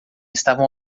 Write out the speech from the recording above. estavam